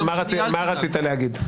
מה רצית להגיד?